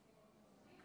מזרסקי,